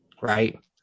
right